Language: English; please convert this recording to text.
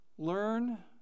learn